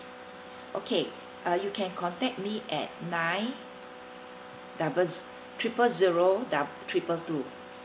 okay uh you can contact me at nine doubles triple zero dou~ triple two